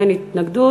אין התנגדות.